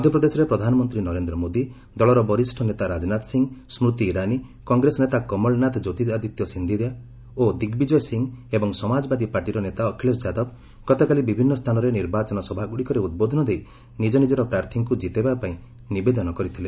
ମଧ୍ୟପ୍ରଦେଶରେ ପ୍ରଧାନମନ୍ତ୍ରୀ ନରେନ୍ଦ୍ର ମୋଦି ଦଳର ବରିଷ୍ଣ ନେତା ରାଜନାଥ ସିଂ ସ୍କୃତି ଇରାନି କଂଗ୍ରେସ ନେତା କମଳନାଥ ଜ୍ୟୋତିରାଦିତ୍ୟ ସିନ୍ଧିଆ ଓ ଦିଗ୍ବିଜୟ ସିଂ ଏବଂ ସମାଜବାଦୀ ପାର୍ଟିର ନେତା ଅଖିଳେଶ ଯାଦବ ଗତକାଲି ବିଭିନ୍ନ ସ୍ଥାନରେ ନିର୍ବାଚନ ସଭାଗୁଡ଼ିକରେ ଉଦ୍ବୋଧନ ଦେଇ ନିଜନିଜର ପ୍ରାର୍ଥୀଙ୍କୁ ଜିତାଇବା ପାଇଁ ନିବେଦନ କରିଥିଲେ